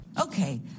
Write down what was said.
Okay